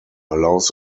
allows